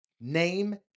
Name